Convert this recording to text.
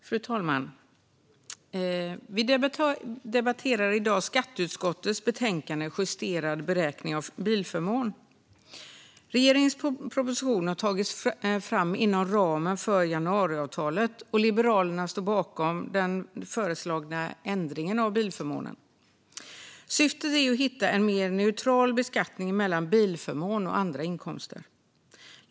Fru talman! Vi debatterar i dag skatteutskottets betänkande Justerad beräkning av bilförmån . Regeringens proposition har tagits fram inom ramen för januariavtalet, och Liberalerna står bakom den föreslagna ändringen av bilförmånen. Syftet är att hitta en större neutralitet mellan bilförmån och andra inkomster.